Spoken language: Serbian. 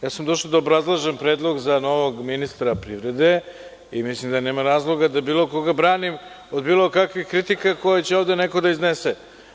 Došao sam da obrazlažem predlog za novog ministra privrede i mislim da nemam razloga da bilo koga branim od bilo kakvih kritika koje će ovde neko da iznese.